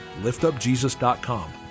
liftupjesus.com